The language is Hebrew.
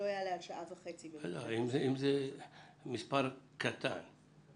לגבי (ו), התקשרות עם רשויות מקומיות סמוכות,